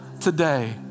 today